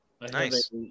Nice